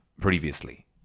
previously